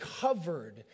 covered